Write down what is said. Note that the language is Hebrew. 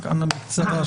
רק, אנא, בקצרה.